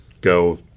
go